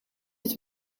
het